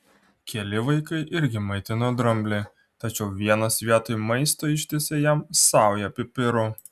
keli vaikai irgi maitino dramblį tačiau vienas vietoj maisto ištiesė jam saują pipirų